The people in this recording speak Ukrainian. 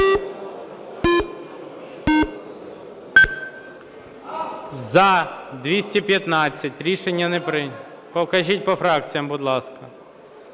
За-215 Рішення не прийнято. Покажіть по фракціях, будь ласка.